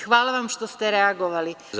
Hvala vam što ste reagovali.